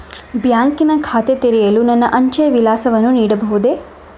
ಬ್ಯಾಂಕಿನ ಖಾತೆ ತೆರೆಯಲು ನನ್ನ ಅಂಚೆಯ ವಿಳಾಸವನ್ನು ನೀಡಬಹುದೇ?